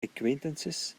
acquaintances